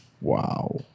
wow